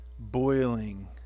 boiling